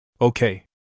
okay